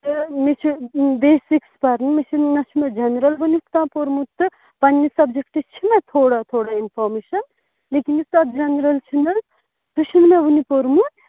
تہٕ مےٚ چھِ بیسِکِس پَرُن مےٚ چھِنہٕ نہ چھُ مےٚ جَنرَل وٕنیُک تام پوٚرمُت تہٕ پَنٛنہِ سَبجَکٹٕچ چھِ مےٚ تھوڑا تھوڑا اِنفارمیشَن لیکِن یُس تَتھ جَنرَل چھُ نہٕ حظ سُہ چھُنہٕ مےٚ وٕنہِ پوٚرمُت